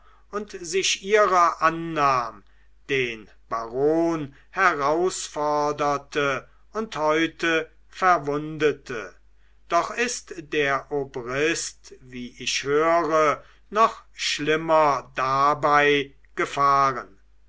und sich ihrer annahm den baron herausforderte und heute verwundete doch ist der obrist wie ich höre noch schlimmer dabei gefahren